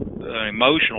emotional